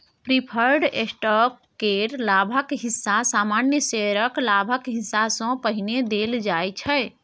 preferred stock केर लाभक हिस्सा सामान्य शेयरक लाभक हिस्सा सँ पहिने देल जाइ छै